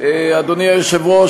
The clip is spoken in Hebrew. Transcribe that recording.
אדוני היושב-ראש,